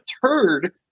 turd